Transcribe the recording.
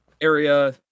area